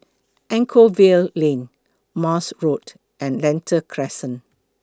Anchorvale Lane Morse Road and Lentor Crescent